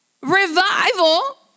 revival